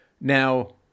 Now